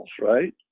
right